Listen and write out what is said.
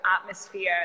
atmosphere